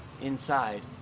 inside